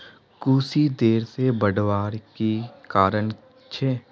कुशी देर से बढ़वार की कारण छे?